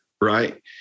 Right